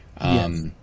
Yes